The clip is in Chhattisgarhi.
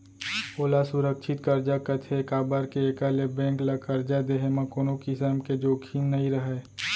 ओला सुरक्छित करजा कथें काबर के एकर ले बेंक ल करजा देहे म कोनों किसम के जोखिम नइ रहय